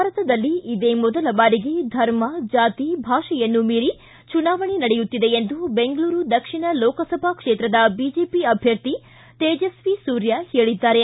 ಭಾರತದಲ್ಲಿ ಇದೇ ಮೊದಲ ಬಾರಿಗೆ ಧರ್ಮ ಜಾತಿ ಭಾಷೆಯನ್ನು ಮೀರಿ ಚುನಾವಣೆ ನಡೆಯುತ್ತಿದೆ ಎಂದು ಬೆಂಗಳೂರು ದಕ್ಷಿಣ ಲೋಕಸಭಾ ಕ್ಷೇತ್ರದ ಬಿಜೆಪಿ ಅಭ್ಯರ್ಥಿ ತೇಜಸ್ವಿ ಸೂರ್ಯ ಹೇಳಿದ್ದಾರೆ